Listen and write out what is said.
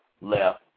left